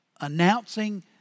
announcing